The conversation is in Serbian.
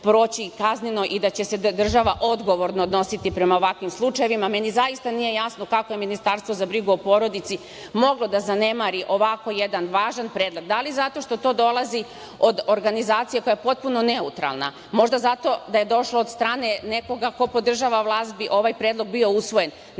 i da će se država odgovorno odnositi prema ovakvim slučajevima. Meni zaista nije jasno kako je Ministarstvo za brigu o porodici moglo da zanemari ovako jedan važan predlog, da li zato što to dolazi od organizacije koja je potpuno neutralna. Možda da je došlo od strane nekoga ko podržava vlast, ovaj predlog bi bio usvojen. Nemojmo